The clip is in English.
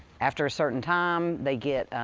after a certain time, they get,